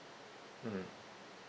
mm hmm